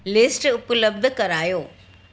list उपलब्ध करायो